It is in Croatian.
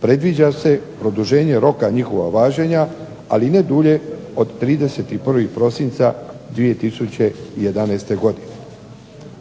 predviđa se produženje roka njihova važenja ali ne dulje od 31. prosinca 2011. godine.